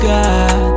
God